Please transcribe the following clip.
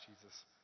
Jesus